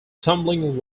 tumbling